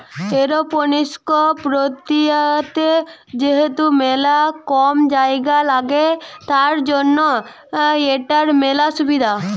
aeroponics প্রক্রিয়াতে যেহেতু মেলা কম জায়গা লাগে, তার জন্য এটার মেলা সুবিধা